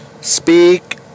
speak